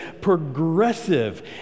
progressive